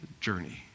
journey